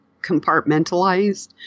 compartmentalized